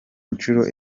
inshuro